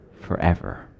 forever